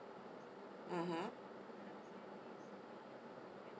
(uh huh)